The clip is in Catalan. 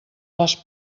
les